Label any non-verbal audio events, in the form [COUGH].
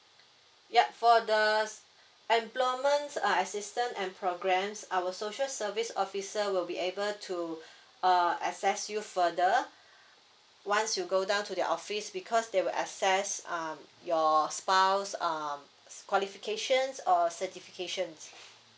yup for the s~ employments uh assistant and programs our social service officer will be able to [BREATH] uh access you further once you go down to their office because they will access um your spouse um qualifications or certifications